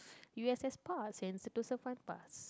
u_s_s pass and Sentosa Fun Pass